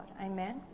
Amen